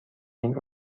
این